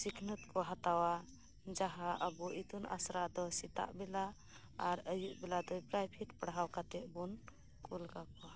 ᱥᱤᱠᱷᱱᱟᱹᱛ ᱠᱚ ᱦᱟᱛᱟᱭᱟ ᱡᱟᱸᱦᱟ ᱟᱵᱚ ᱤᱛᱩᱱ ᱟᱥᱟᱲᱟ ᱫᱚ ᱥᱮᱛᱟᱜ ᱵᱮᱞᱟ ᱟᱨ ᱟᱹᱭᱩᱵ ᱵᱮᱞᱟ ᱫᱚ ᱯᱨᱮᱭᱵᱷᱮᱴ ᱯᱟᱲᱦᱟᱣ ᱠᱟᱛᱮᱫ ᱵᱚᱱ ᱠᱩᱞ ᱠᱟᱠᱚᱭᱟ